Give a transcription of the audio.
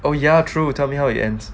oh ya true tell me how it ends